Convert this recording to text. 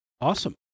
Awesome